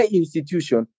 institution